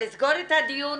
לסוגר את הדיון?